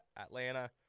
Atlanta